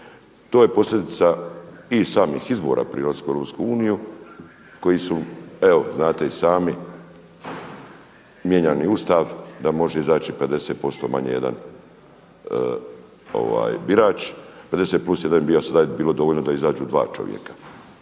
To je posljedica i samih izbora prije ulaska Europsku uniju koji su evo znate i sami mijenjali Ustav da može izaći 50% manje jedan birač. 50 plus 1, bilo je dovoljno da izađu dva čovjeka